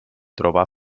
trobà